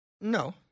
No